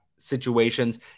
situations